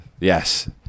yes